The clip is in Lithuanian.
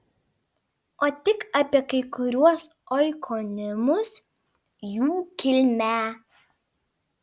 o tik apie kai kuriuos oikonimus jų kilmę